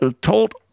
told